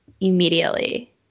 immediately